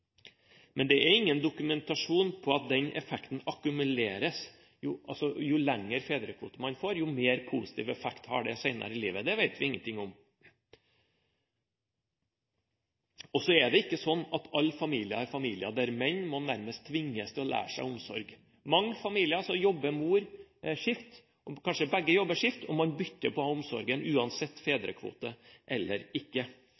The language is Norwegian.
men det er ingen dokumentasjon på at den effekten akkumuleres, at jo lengre fedrekvote man får, jo mer positiv effekt har det senere i livet. Det vet vi ikke noe om. Det er heller ikke sånn at i alle familier må menn nærmest tvinges til å lære seg omsorg. I mange familier jobber mor skift, kanskje begge jobber skift, og man bytter på å ha omsorgen uansett fedrekvote eller ikke.